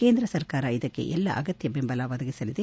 ಕೇಂದ್ರ ಸರ್ಕಾರ ಇದಕ್ಕೆ ಎಲ್ಲಾ ಅಗತ್ಯ ಬೆಂಬಲ ಒದಗಿಸಲಿದೆ